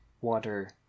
water